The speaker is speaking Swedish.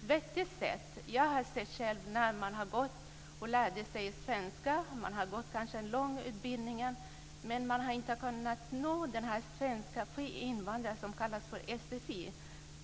vettigt sätt. Jag såg själv hur det fungerade när jag gick och lärde mig svenska. Man kanske har gått en lång utbildning men har inte kunnat nå svenska för invandrare, som kallas för sfi.